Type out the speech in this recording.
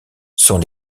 sont